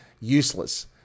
useless